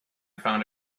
found